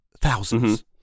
thousands